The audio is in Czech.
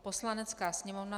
Poslanecká sněmovna